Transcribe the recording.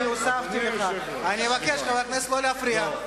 אני הוספתי לך, אני אבקש, חברי הכנסת, לא להפריע.